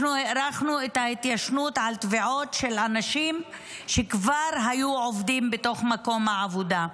הארכנו את ההתיישנות על תביעות של אנשים שכבר עבדו במקום העבודה.